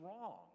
wrong